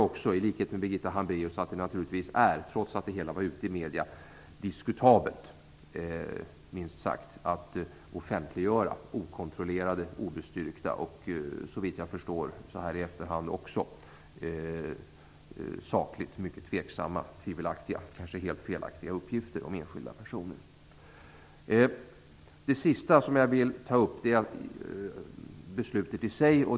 I likhet med Birgitta Hambraeus tycker jag naturligtvis att det, trots att det hela var ute i medierna, är minst sagt diskutabelt att offentliggöra okontrollerade, obestyrkta och såvitt jag i efterhand förstår sakligt mycket tvivelaktiga och kanske helt felaktiga uppgifter om enskilda personer. Det sista som jag vill ta upp är beslutet i sig.